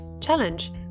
challenge